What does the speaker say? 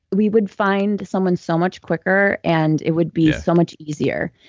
we would find someone so much quicker and it would be so much easier.